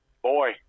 Boy